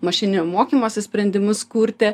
mašininio mokymosi sprendimus kurti